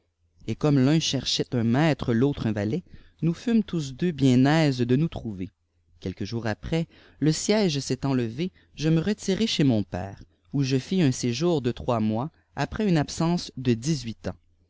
et ëdttiitte vnn crèfwiàtt un maître l'autre un valet nous mmes tous dettt biéù âî èè dé ttoife trouver quelques jours après le siège s étant levé je me relirai chez mon père où je fis un séjour de trois mois atirès une abiïcjé de dix huit ans